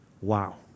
Wow